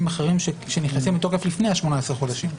אחרים שנכנסים לתוקף לפני 18 חודשים.